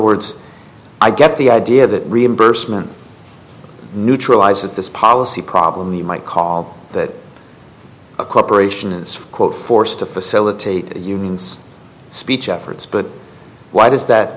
words i get the idea that reimbursement neutralizes this policy problem you might call that a corporation is quote forced to facilitate unions speech efforts but why does that